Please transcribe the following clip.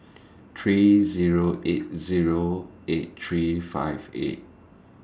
three Zero eight Zero eight three five eight